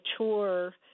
mature